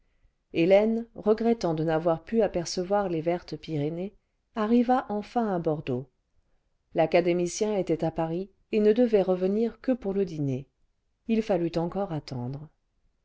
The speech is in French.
hélène regrettant de n'avoir pu apercevoir les vertes pyrénées arriva enfin à bordeaux l'académicien était à paris et ne devait revenir que pour le dîner h fallut encore attendre